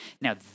Now